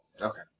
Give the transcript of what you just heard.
Okay